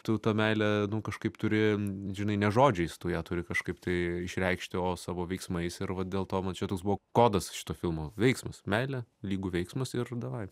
tu tą meilę nu kažkaip turi žinai ne žodžiais tu ją turi kažkaip tai išreikšti o savo veiksmais ir vat dėl to man čia toks buvo kodas šito filmo veiksmas meilė lygu veiksmas ir davai